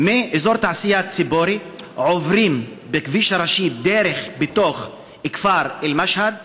מאזור התעשייה ציפורי עוברים בכביש הראשי בתוך כפר אל-משהד,